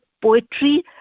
poetry